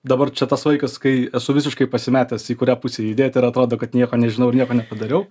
dabar čia tas laikas kai esu visiškai pasimetęs į kurią pusę judėti ir atrodo kad nieko nežinau nieko nepadariau